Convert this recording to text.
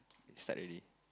start already